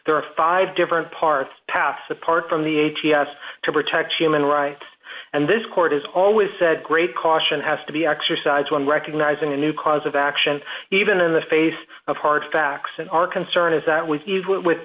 there are five different parts paths apart from the a t s to protect human rights and this court has always said great caution has to be exercised when recognizing a new cause of action even in the face of hard facts and our concern is that with